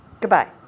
goodbye